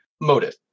Motive